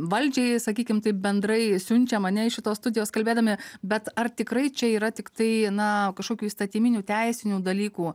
valdžiai sakykim taip bendrai siunčiam ane iš šitos studijos kalbėdami bet ar tikrai čia yra tiktai na kažkokių įstatyminių teisinių dalykų